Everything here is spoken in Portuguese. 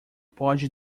pode